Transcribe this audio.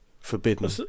forbidden